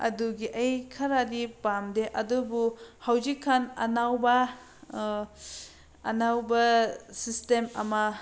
ꯑꯗꯨꯒꯤ ꯑꯩ ꯈꯔꯗꯤ ꯄꯥꯝꯗꯦ ꯑꯗꯨꯕꯨ ꯍꯧꯖꯤꯛꯀꯥꯟ ꯑꯅꯧꯕ ꯑꯅꯧꯕ ꯁꯤꯁꯇꯦꯝ ꯑꯃ